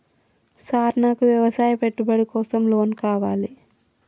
Sir నాకు వ్యవసాయ పెట్టుబడి కోసం లోన్ కావాలి?